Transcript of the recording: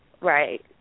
Right